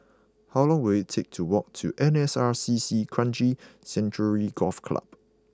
how long will it take to walk to N S R C C Kranji Sanctuary Golf Club